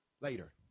later